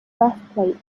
breastplate